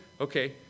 okay